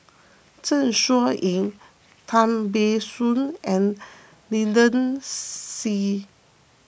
Zeng Shouyin Tan Ban Soon and Lynnette Seah